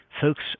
folks